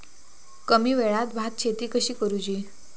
कमी वेळात भात शेती कशी करुची?